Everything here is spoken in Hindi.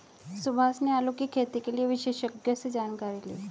सुभाष ने आलू की खेती के लिए विशेषज्ञों से जानकारी ली